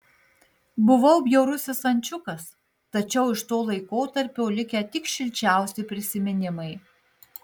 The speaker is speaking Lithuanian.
buvau bjaurusis ančiukas tačiau iš to laikotarpio likę tik šilčiausi prisiminimai